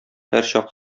һәрчак